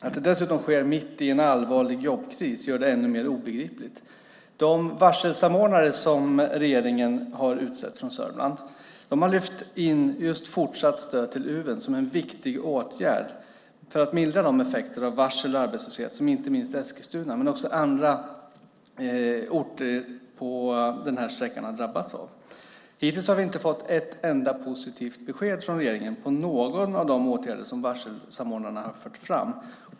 Att det dessutom sker mitt i en allvarlig jobbkris gör det ännu mer obegripligt. De varselsamordnare som regeringen har utsett från Sörmland har lyft in just fortsatt stöd till Uven som en viktig åtgärd för att mildra de effekter av varsel och arbetslöshet som inte minst Eskilstuna men också andra orter på den här sträckan har drabbats av. Hittills har vi inte fått ett enda positivt besked från regeringen på någon av de åtgärder som varselsamordnarna har fört fram.